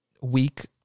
week